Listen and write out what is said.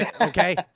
Okay